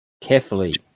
carefully